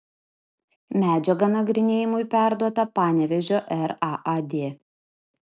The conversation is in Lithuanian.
medžiaga nagrinėjimui perduota panevėžio raad